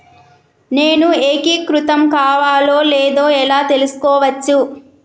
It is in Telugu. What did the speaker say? నేను ఏకీకృతం కావాలో లేదో ఎలా తెలుసుకోవచ్చు?